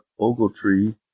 Ogletree